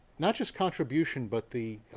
not just contribution, but the